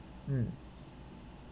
mm